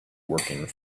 working